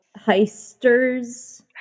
heisters